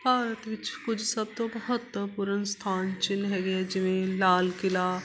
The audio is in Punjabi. ਭਾਰਤ ਵਿੱਚ ਕੁਝ ਸਭ ਤੋਂ ਮਹੱਤਵਪੂਰਨ ਸਥਾਨ ਚਿੰਨ੍ਹ ਹੈਗੇ ਹੈ ਜਿਵੇਂ ਲਾਲ ਕਿਲ੍ਹਾ